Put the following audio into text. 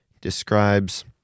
describes